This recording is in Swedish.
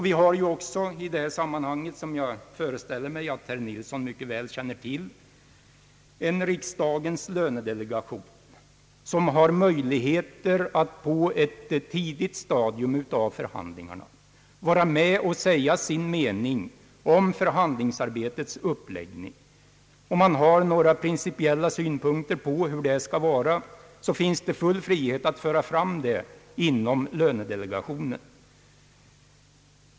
Vi har också — vilket jag föreställer mig att herr Nilsson mycket väl känner till — en riksdagens lönedelegation som har möjlighet att på ett tidigt stadium av förhandlingarna säga sin mening om förhandlingsarbetets uppläggning. Om man har några principiella synpunkter på detta, finns det full frihet att föra fram dem inom lönedelegationen.